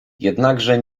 jednakże